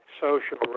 social